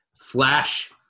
flash